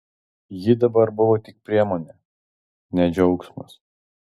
ji dabar buvo tik priemonė ne džiaugsmas